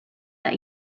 that